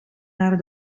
naar